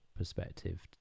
perspective